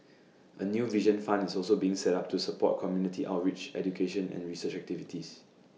A new vision fund is also being set up to support community outreach education and research activities